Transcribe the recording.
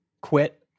quit